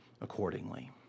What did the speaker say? accordingly